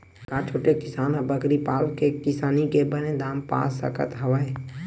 का छोटे किसान ह बकरी पाल के किसानी के बने दाम पा सकत हवय?